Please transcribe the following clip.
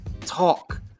talk